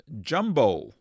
Jumbo